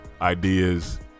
ideas